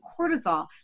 cortisol